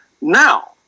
Now